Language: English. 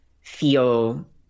feel